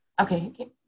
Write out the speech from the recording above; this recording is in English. okay